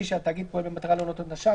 שהתאגיד פועל במטרה להונות את נושיו,